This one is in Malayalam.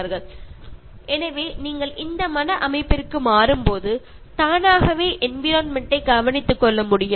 അപ്പോൾ നിങ്ങളുടെ ചിന്താഗതി മാറ്റിയാൽ നിങ്ങൾക്ക് പ്രകൃതിയെ സംരക്ഷിക്കാൻ കഴിയും